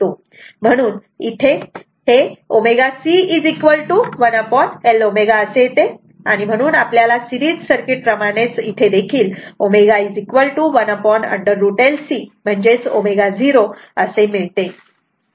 म्हणून इथे ω C1L ω असे येते आणि म्हणून आपल्याला सिरीज सर्किट प्रमाणेच इथे देखील ω1√ L C ω0 असे मिळते